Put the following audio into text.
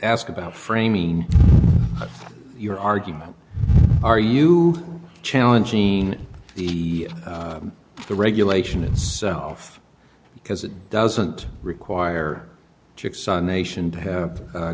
ask about framing your argument are you challenging the the regulation itself because it doesn't require checks on nation to